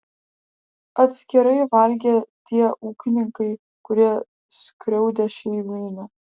atskirai valgė tie ūkininkai kurie skriaudė šeimyną